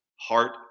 heart